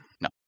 No